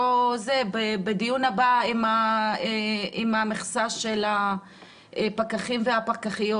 בדיון הבא על המכסה של הפקחים והפקחיות.